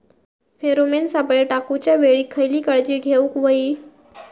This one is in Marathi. फेरोमेन सापळे टाकूच्या वेळी खयली काळजी घेवूक व्हयी?